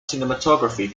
cinematography